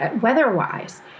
weather-wise